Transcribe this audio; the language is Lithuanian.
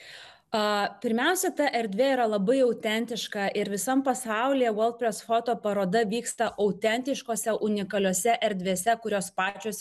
a pirmiausia ta erdvė yra labai autentiška ir visam pasaulyje baltras fotoparoda vyksta autentiškose unikaliose erdvėse kurios pačios